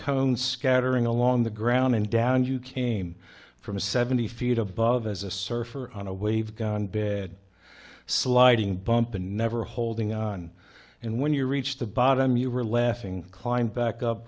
cones scattering along the ground and down you came from seventy feet above as a surfer on a wave gone bad sliding bump and never holding on and when you reached the bottom you were laughing climbed back up